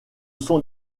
sont